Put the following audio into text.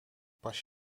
pas